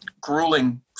grueling